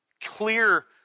clear